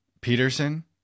Peterson